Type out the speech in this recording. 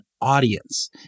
audience